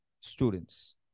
students